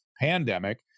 pandemic